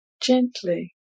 gently